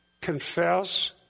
Confess